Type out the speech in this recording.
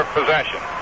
possession